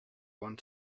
want